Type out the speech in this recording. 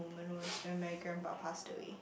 moment was when my grandpa passed away